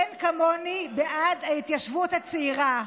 אין כמוני בעד ההתיישבות הצעירה,